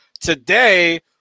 today